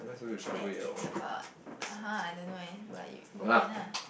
that it's about ah !huh! I don't know eh but it bopian lah